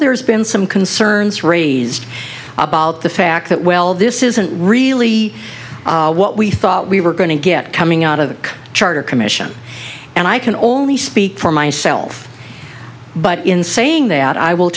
there's been some concerns raised about the fact that well this isn't really what we thought we were going to get coming out of the charter commission and i can only speak for myself but in saying that i will